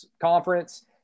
conference